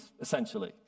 essentially